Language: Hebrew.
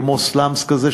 כמו סלאמס כאלה,